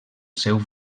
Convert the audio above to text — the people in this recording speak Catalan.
seu